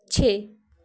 ਛੇ